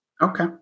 Okay